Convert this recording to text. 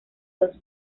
dos